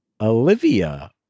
Olivia